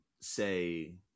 say